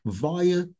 via